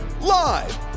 Live